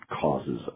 causes